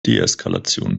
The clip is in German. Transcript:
deeskalation